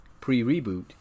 pre-reboot